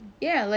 mmhmm